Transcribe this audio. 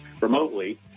remotely